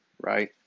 right